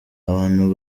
abantu